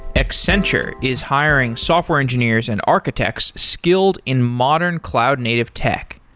accenture is hiring software engineers and architects, skilled in modern cloud native tech.